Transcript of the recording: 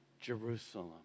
Jerusalem